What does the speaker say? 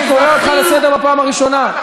אני קורא אותך לסדר בפעם הראשונה.